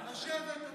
הצבעה.